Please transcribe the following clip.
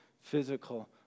physical